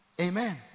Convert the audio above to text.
amen